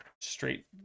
straight